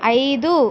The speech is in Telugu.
ఐదు